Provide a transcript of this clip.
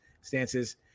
stances